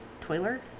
Toiler